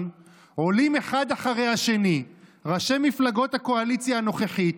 עולים אחד אחרי השני ראשי מפלגות הקואליציה הנוכחית,